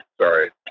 Sorry